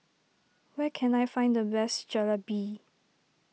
where can I find the best Jalebi